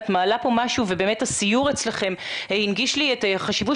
את מעלה פה משהו ובאמת הסיור אצלכם הנגיש לי את החשיבות